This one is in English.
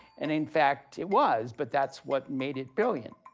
and in fact it was, but that's what made it brilliant.